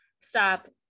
stop